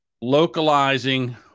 localizing